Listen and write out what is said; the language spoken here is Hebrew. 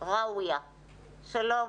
שלום.